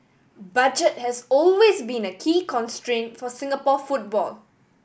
budget has always been a key constraint for Singapore football